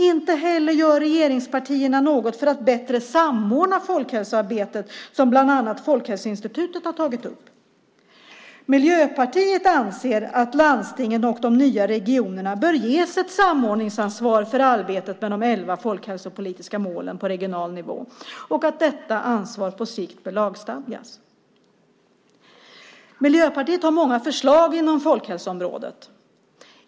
Inte heller gör regeringspartierna något för att bättre samordna folkhälsoarbetet, något som bland annat Folkhälsoinstitutet har tagit upp. Miljöpartiet anser att landstingen och de nya regionerna bör ges ett samordningsansvar för arbetet med de elva folkhälsopolitiska målen på regional nivå och att detta ansvar på sikt bör lagstadgas. Miljöpartiet har många förslag inom folkhälsoområdet.